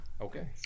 okay